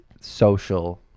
social